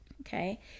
Okay